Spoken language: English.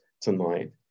tonight